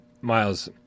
Miles